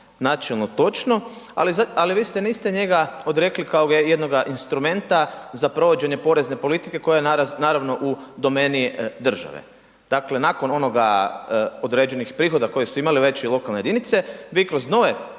načelno točno, ali vi se niste njega odrekli kao jednoga instrumenta za provođenje porezne politike koja je naravno u domeni države. Dakle, nakon onoga, određenih prihoda koje su imale veće lokalne jedinice, vi kroz nove porezne